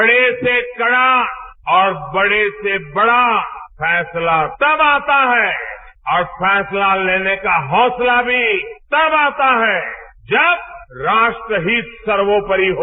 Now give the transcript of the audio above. कड़े से कड़ा औरबड़े से बड़ा फैसला तब आता है और फैसला लेने का हाँसला भी तब आता है जब राष्ट्रहितसर्वोपरि हो